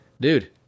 dude